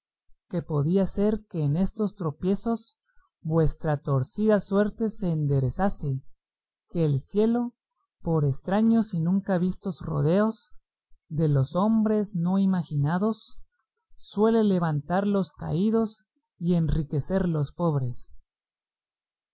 que podía ser que en estos tropiezos vuestra torcida suerte se enderezase que el cielo por estraños y nunca vistos rodeos de los hombres no imaginados suele levantar los caídos y enriquecer los pobres